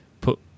put